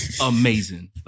amazing